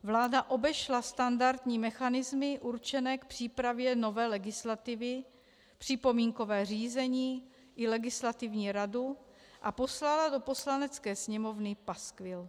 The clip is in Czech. Vláda obešla standardní mechanismy určené k přípravě nové legislativy, připomínkové řízení i Legislativní radu a poslala do Poslanecké sněmovny paskvil.